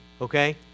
Okay